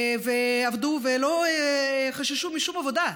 ועבדו, ולא חששו משום עבודה,